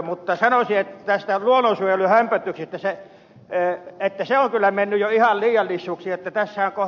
mutta sanoisin tästä luonnonsuojeluhömpötyksestä että se on kyllä mennyt jo ihan liiallisuuksiin